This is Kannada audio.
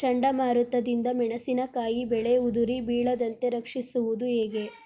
ಚಂಡಮಾರುತ ದಿಂದ ಮೆಣಸಿನಕಾಯಿ ಬೆಳೆ ಉದುರಿ ಬೀಳದಂತೆ ರಕ್ಷಿಸುವುದು ಹೇಗೆ?